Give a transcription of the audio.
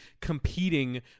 competing